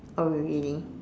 oh really